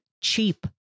cheap